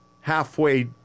halfway